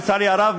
לצערי הרב,